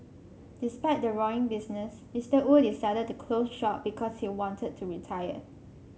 despite the roaring business Mister Wu decided to close shop because he wanted to retire